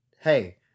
hey